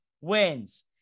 wins